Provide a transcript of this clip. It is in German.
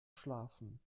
schlafen